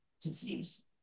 disease